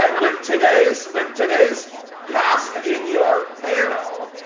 and with today's with today's cast in your panel,